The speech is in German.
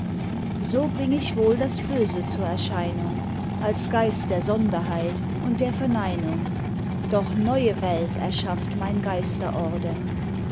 so bring ich wohl das böse zur erscheinung als geist der sonderheit und der verneinung doch neue welt erschafft mein